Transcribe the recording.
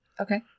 Okay